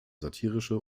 satirische